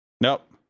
Nope